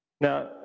Now